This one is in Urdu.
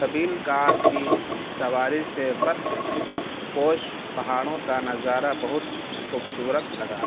کبیل کار کی سواری سے برف پوش پہاڑوں کا نظارہ بہت خوبصورت لگا